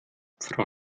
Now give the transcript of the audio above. frau